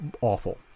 awful